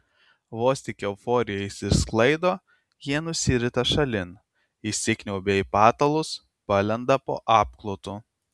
vos tik euforija išsisklaido jie nusirita šalin įsikniaubia į patalus palenda po apklotu